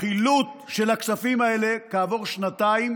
החילוט של הכספים האלה כעבור שנתיים